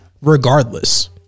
Regardless